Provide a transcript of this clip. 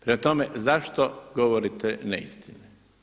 Prema tome zašto govorite neistine?